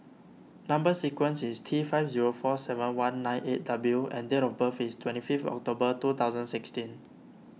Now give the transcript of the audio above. Number Sequence is T five zero four seven one nine eight W and date of birth is twenty fifth October two thousand sixteen